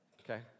Okay